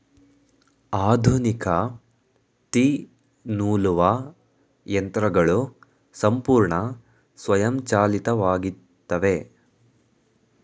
ಆಧುನಿಕ ತ್ತಿ ನೂಲುವ ಯಂತ್ರಗಳು ಸಂಪೂರ್ಣ ಸ್ವಯಂಚಾಲಿತವಾಗಿತ್ತವೆ